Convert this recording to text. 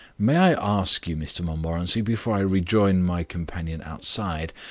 may i ask you, mr montmorency, before i rejoin my companion outside,